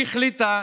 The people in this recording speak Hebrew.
היא החליטה,